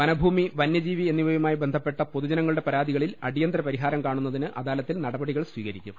വനഭൂമി വന്യജീവി എന്നി വയുമായി ബന്ധപ്പെട്ട പൊതുജനങ്ങളുടെ പരാതികളിൽ അടിയ ന്തര പരിഹാരം കാണുന്നതിന് അദാലത്തിൽ നടപടികൾ സ്വീക രിക്കും